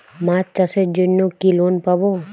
মাছ চাষের জন্য কি লোন পাব?